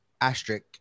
asterisk